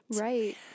Right